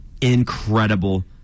incredible